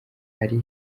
ari